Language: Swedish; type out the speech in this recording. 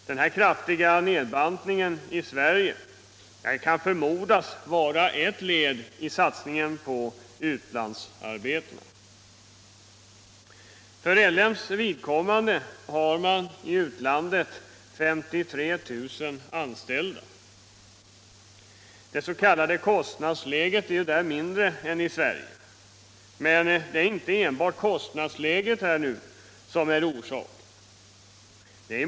Den här kraftiga nedbantningen i Sverige kan förmodas vara ett led i satsningen på utlandsarbetena. För L M:s vidkommande finns i utlandet 53 000 anställda. Det s.k. kostnadsläget är där lägre än i Sverige, men det är inte enbart kostnadsläget som är orsak.